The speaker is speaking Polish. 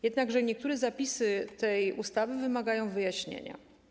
Jednakże niektóre zapisy tej ustawy wymagają wyjaśnienia.